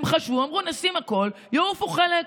הם חשבו, אמרו: נשים הכול, יעוף חלק.